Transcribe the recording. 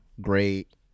great